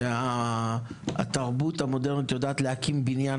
זה שהתרבות המודרנית יודעת להקים בניין